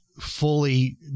fully